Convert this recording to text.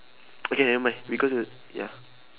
okay nevermind we go to ya